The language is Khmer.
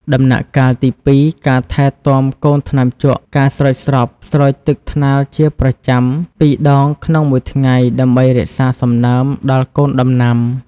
ដំណាក់កាលទី ២ ការថែទាំកូនថ្នាំជក់ ការស្រោចស្រព ស្រោចទឹកថ្នាលជាប្រចាំពីរដងក្នុងមួយថ្ងៃ ដើម្បីរក្សាសំណើមដល់កូនដំណាំ។